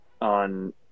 on